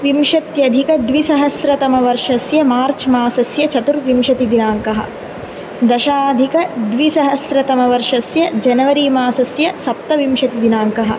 विंशत्यधिकद्विसहस्रतमवर्षस्य मार्च् मासस्य चतुर्विंशतिदिनाङ्कः दशाधिकद्विसहस्रतमवर्षस्य जनवरी मासस्य सप्तविंशतिदिनाङ्कः